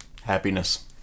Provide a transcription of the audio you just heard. happiness